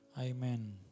Amen